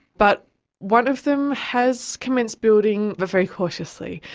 but one of them has commenced building, but very cautiously.